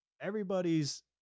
everybody's